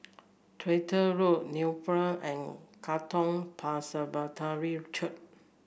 Tractor Road Napier and Katong Presbyterian Church